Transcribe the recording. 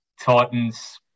Titans